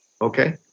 Okay